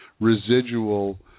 residual